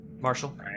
Marshall